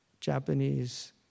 Japanese